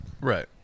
Right